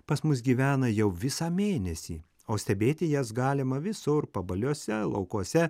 pas mus gyvena jau visą mėnesį o stebėti jas galima visur pabaliuose laukuose